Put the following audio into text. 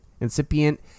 incipient